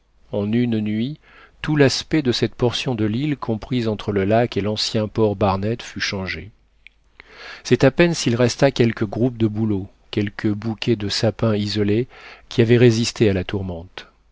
en une nuit tout l'aspect de cette portion de l'île comprise entre le lac et l'ancien port barnett fut changé c'est à peine s'il resta quelques groupes de bouleaux quelques bouquets de sapins isolés qui avaient résisté à la tourmente